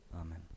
Amen